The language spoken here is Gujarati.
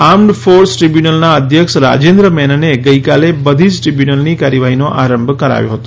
આર્મડ ફોર્સ ટ્રીબ્યૂનલના અધ્યક્ષ રાજેન્દ્ર મેનને ગઈકાલે બધી જ ટ્રીબ્યૂનલની કાર્યવાહીનો આરંભ કરાવ્યો હતો